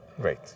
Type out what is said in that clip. Great